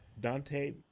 Dante